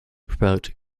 promote